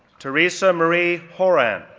teresa marie horan,